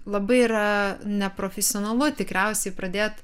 labai yra neprofesionalu tikriausiai pradėt